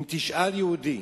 אם תשאל יהודי